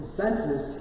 senses